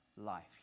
life